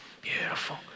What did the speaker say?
Beautiful